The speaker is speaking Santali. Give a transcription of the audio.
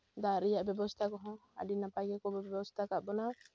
ᱫᱟᱜ ᱨᱮᱭᱟᱜ ᱵᱮᱵᱚᱥᱛᱷᱟ ᱠᱚᱦᱚᱸ ᱟᱹᱰᱤ ᱱᱟᱯᱟᱭ ᱜᱮᱠᱚ ᱵᱮᱵᱚᱥᱛᱷᱟ ᱟᱠᱟᱫ ᱵᱚᱱᱟ